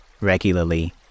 regularly